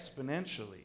exponentially